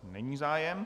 Není zájem.